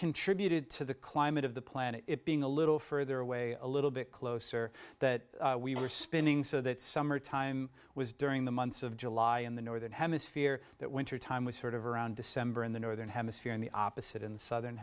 contributed to the climate of the planet it being a little further away a little bit closer that we were spinning so that summer time was during the months of july in the northern hemisphere that winter time was sort of around december in the northern hemisphere in the opposite in the southern